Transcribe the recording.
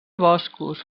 boscos